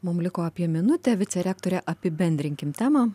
mum liko apie minutę vicerektore apibendrinkim temą